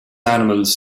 animals